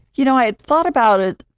you know, i thought about it,